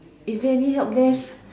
is there any help there